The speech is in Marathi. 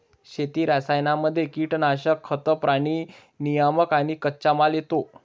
शेती रसायनांमध्ये कीटनाशक, खतं, प्राणी नियामक आणि कच्चामाल येतो